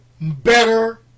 better